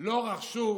לא רכשו